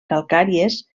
calcàries